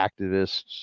activists